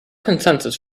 consensus